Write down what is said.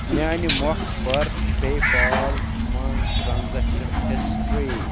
میٛانہِ مۄکھٕ پَر پے پال منٛز ٹرٛانزٮ۪کشَن ہِسٹِرٛی